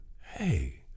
hey